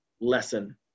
lesson